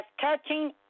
touching